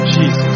Jesus